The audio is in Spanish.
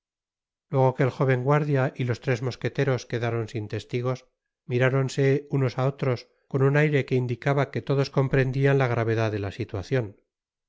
luego que el jóven guardia y los tres mosqueteros quedaron sin testigos miráronse unos á otros con un aire que indicaba que todos comprendian la gravedad de la situacion